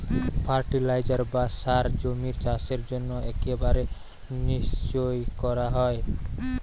fertiliser বা সার জমির চাষের জন্য একেবারে নিশ্চই করা উচিত